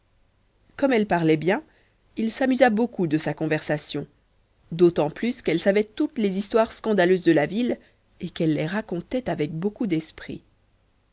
comme elle parlait bien il s'amusa beaucoup de la conversation d'autant plus qu'elle savait toutes les histoires scandaleuses de la ville et qu'elle les racontait avec beaucoup d'esprit